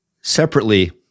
separately